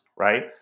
right